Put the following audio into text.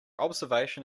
observation